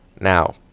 Now